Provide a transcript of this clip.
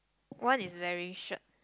one is wearing shirt